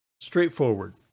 straightforward